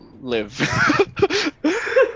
live